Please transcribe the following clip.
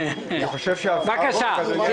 אני סומך עליך.